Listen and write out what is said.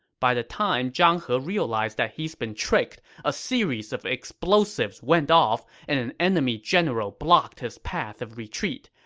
by the time zhang he realized that he's been tricked, a series of explosives went off, and an enemy general blocked his path of retreat.